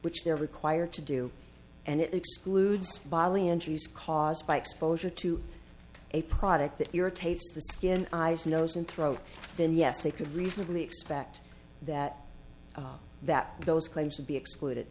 which they're required to do and it excludes bolli injuries caused by exposure to a product that irritates the skin eyes nose and throat then yes they could reasonably expect that that those claims to be ex